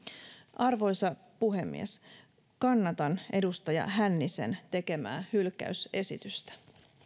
arvoisa puhemies kannatan edustaja hännisen tekemää hylkäysesitystä